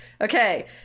Okay